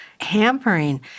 hampering